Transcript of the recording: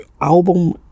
album